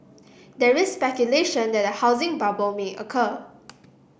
there is speculation that a housing bubble may occur